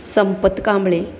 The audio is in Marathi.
संपत कांबळे